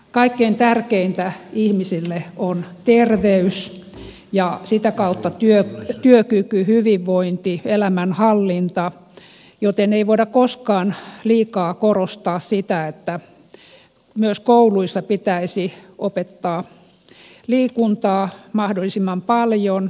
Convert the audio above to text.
kaikkein tärkeintä ihmisille on terveys ja sitä kautta työkyky hyvinvointi elämänhallinta joten ei voida koskaan liikaa korostaa sitä että myös kouluissa pitäisi opettaa liikuntaa mahdollisimman paljon